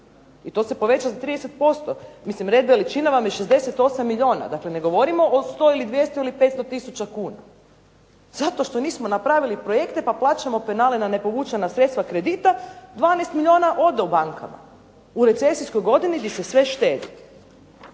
i to se poveća za 30%. Mislim red veličina vam je 68 milijuna, dakle ne govorimo o 100 ili 200 ili 500 tisuća kuna. Zato što nismo napravili projekte pa plaćamo penale na ne povučena sredstva kredita 12 milijuna od u bankama u recesijskoj godini gdje se sve štedi.